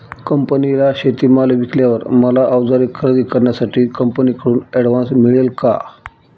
कंपनीला शेतीमाल विकल्यावर मला औजारे खरेदी करण्यासाठी कंपनीकडून ऍडव्हान्स मिळेल का?